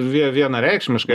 vie vienareikšmiškai